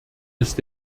ist